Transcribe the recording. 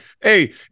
hey